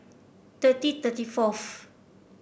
thirty thirty fourth